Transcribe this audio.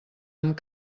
amb